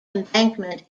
embankment